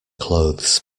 clothes